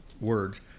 words